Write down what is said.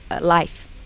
life